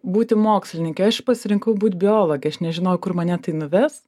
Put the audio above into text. būti mokslininke aš pasirinkau būt biologe aš nežinojau kur mane tai nuves